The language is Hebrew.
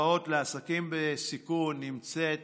להלוואות לעסקים בסיכון נמצאת